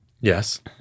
Yes